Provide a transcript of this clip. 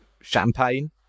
Champagne